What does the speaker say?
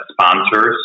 sponsors